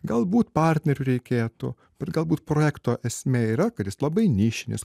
galbūt partnerių reikėtų bet galbūt projekto esmė yra kad jis labai nišinis